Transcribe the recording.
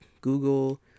Google